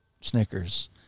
Snickers